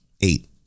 eight